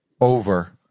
over